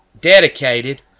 dedicated